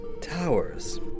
Towers